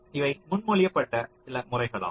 இவை முன்மொழியப்பட்ட சில முறைகளாகும்